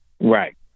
Right